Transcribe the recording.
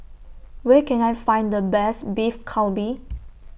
Where Can I Find The Best Beef Galbi